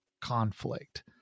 conflict